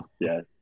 Yes